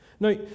Now